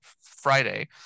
Friday